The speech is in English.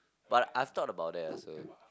but I stop about that also